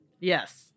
Yes